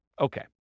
okay